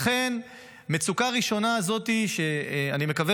לכן לגבי מצוקה ראשונה זאת אני מקווה